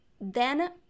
then-